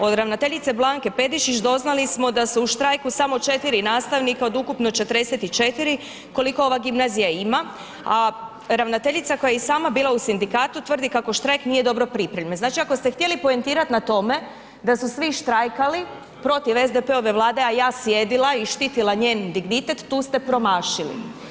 Od ravnateljice Blanke Pedišić doznali smo da su u štrajku samo 4 nastavnika od ukupno 44 koliko ova gimnazija ima, a ravnateljica koja je i sama bila u sindikatu tvrdi kako štrajk nije dobro pripremljen.“ Znači ako ste htjeli poentirati na tome da su svi štrajkali protiv SDP-ove vlade, a sjedila i štitila njen dignitet tu ste promašili.